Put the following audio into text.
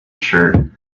shirt